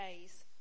days